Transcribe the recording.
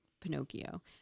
pinocchio